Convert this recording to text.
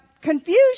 confusion